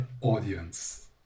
audience